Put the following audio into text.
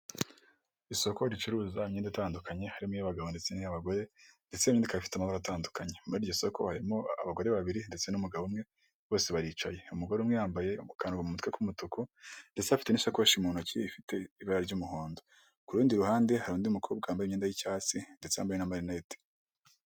Isoko ricuruza imyenda itandukanye harimo' abagabo ndetse n'y'abagore ndetse'indi ika afiteta amabara atandukanye. Muri iryo soko harimo abagore babiri ndetse n'umugabo umwe bose baricaye. Umugore umwe yambaye gukaru mu mutwe k'umutuku ndetse afite n'sakoshi mu ntoki ifite ibara ry'umuhondo, ku rundi ruhande hari undi mukobwa wambaye imyenda y'icyatsi ndetse yambaye n'amarinete.